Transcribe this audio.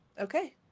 Okay